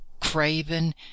craven